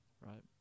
right